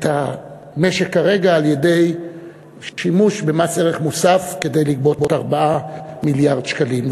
המשק כרגע על-ידי שימוש במס ערך מוסף כדי לגבות 4 מיליארד שקלים.